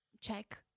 check